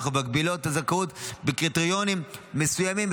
אך מגבילות את הזכאות בקריטריונים מסוימים,